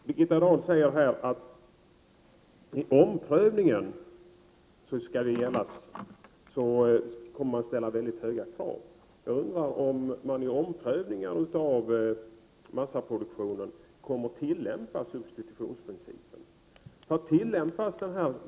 Herr talman! Birgitta Dahl säger att mycket stora krav kommer att ställas vid omprövningen. Jag undrar om man vid omprövningar när det gäller massaproduktionen kommer att tillämpa substitutionsprincipen.